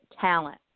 talent